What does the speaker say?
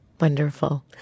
Wonderful